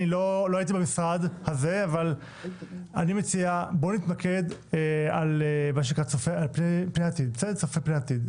אני מציע להתמקד על מה שצופה פני עתיד.